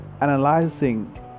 analyzing